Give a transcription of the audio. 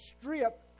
strip